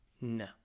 No